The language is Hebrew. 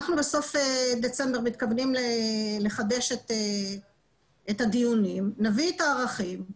אנחנו בסוף דצמבר מתכוונים לחדש את הדיונים ונביא את הערכים.